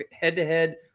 head-to-head